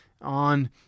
on